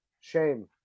shame